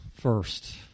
first